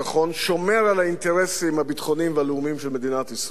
שומר על האינטרסים הביטחוניים והלאומיים של מדינת ישראל